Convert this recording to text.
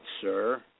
sir